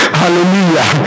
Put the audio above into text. hallelujah